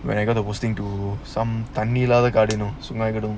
when I going to boosting to some தண்ணிஇல்லாதகாடு:thanni illadha kaadu you know